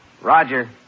Roger